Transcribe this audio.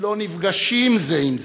לא נפגשים זה עם זה,